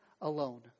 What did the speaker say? alone